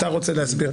אם אתה רוצה להסביר,